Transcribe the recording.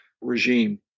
regime